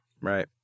Right